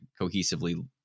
cohesively